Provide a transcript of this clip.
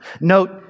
Note